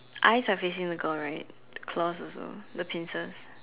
eyes are facing the girl right the claws also the pincers